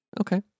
Okay